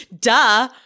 duh